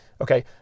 Okay